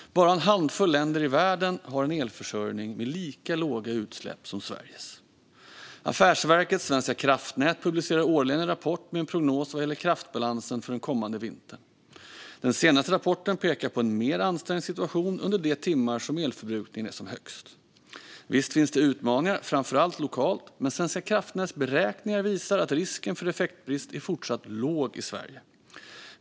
Bara en handfull länder i världen har en elförsörjning med lika låga utsläpp som Sveriges. Affärsverket svenska kraftnät publicerar årligen en rapport med en prognos vad gäller kraftbalansen för den kommande vintern. Den senaste rapporten pekar på en mer ansträngd situation under de timmar som elförbrukningen är som högst. Visst finns det utmaningar, framför allt lokalt, men Svenska kraftnäts beräkningar visar att risken för effektbrist är fortsatt låg i Sverige.